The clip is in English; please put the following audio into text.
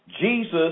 Jesus